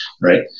right